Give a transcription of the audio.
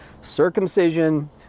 circumcision